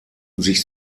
sich